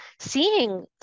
seeing